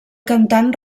cantant